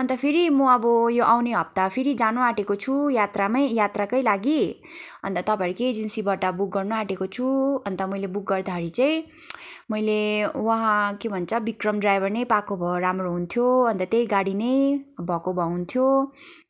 अन्त फेरि म अब यो आउने हप्ता फेरि जानु आँटेको छु यात्रामै यात्राकै लागि अन्त तपाईँहरूकै एजेन्सीबाट बुक गर्न आँटेको छु अन्त मैले बुक गर्दाखेरि चाहिँ मैले उहाँ के भन्छ विक्रम ड्राइभर नै पाएको भए राम्रो हुन्थ्यो अन्त त्यही गाडी नै भएको भए हुन्थ्यो